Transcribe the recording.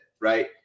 right